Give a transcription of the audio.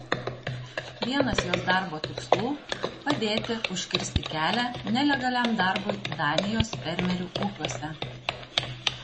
vienas jos darbo tikslų padėti užkirsti kelią nelegaliam darbui danijos fermerių ūkiuose